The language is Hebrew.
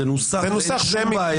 זה נוסח, ואין שום בעיה.